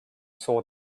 saw